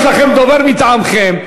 יש לכם דובר מטעמכם,